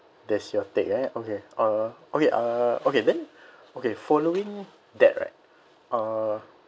that's your take eh okay uh okay uh okay then okay following that right uh